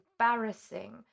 embarrassing